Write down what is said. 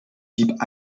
dieb